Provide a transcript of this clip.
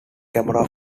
camera